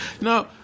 no